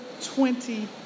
twenty